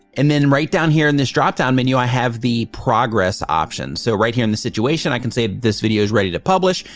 and then right down here in this dropdown menu, i have the progress options. so right here in this situation, i can say this video is ready to publish,